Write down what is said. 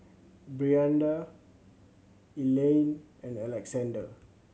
Brianda Elayne and Alexander